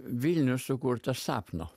vilnius sukurtas sapno